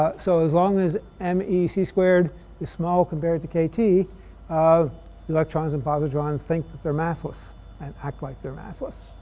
ah so as long as m e c squared is small compared to kt, um electrons and positrons think that they're massless and act like they're massless.